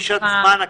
נישת זמן הכוונה.